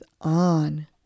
on